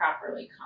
properly